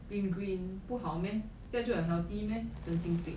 green green 不好 meh 这样就很 unhealthy meh 神经病